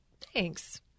Thanks